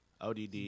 Odd